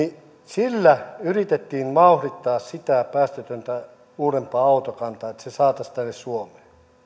sillä yritettiin vauhdittaa sitä päästötöntä uudempaa autokantaa että se saataisiin tänne suomeen